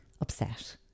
upset